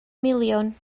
miliwn